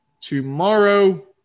tomorrow